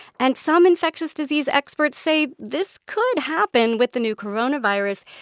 and some infectious disease experts say this could happen with the new coronavirus.